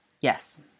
Yes